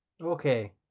Okay